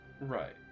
Right